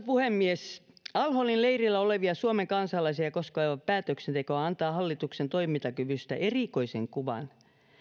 puhemies al holin leirillä olevia suomen kansalaisia koskeva päätöksenteko antaa hallituksen toimintakyvystä erikoisen kuvan